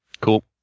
Cool